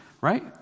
Right